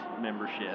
membership